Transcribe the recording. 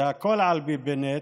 והכול על פי בנט,